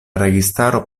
registaro